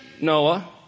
Noah